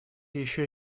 еще